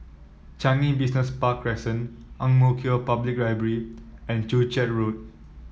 Changi Business Park Crescent Ang Mo Kio Public Library and Joo Chiat Road